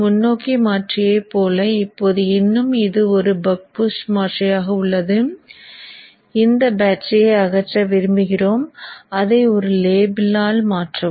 முன்னோக்கி மாற்றியைப் போல இப்போது இன்னும் இது ஒரு பக் பூஸ்ட் மாற்றியாக உள்ளது இந்த பேட்டரியை அகற்ற விரும்புகிறோம் அதை ஒரு லேபிளால் மாற்றவும்